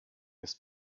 ist